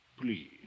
please